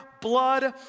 blood